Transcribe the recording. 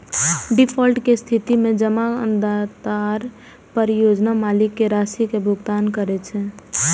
default के स्थिति मे जमानतदार परियोजना मालिक कें राशि के भुगतान करै छै